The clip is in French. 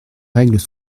règles